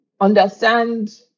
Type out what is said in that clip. understand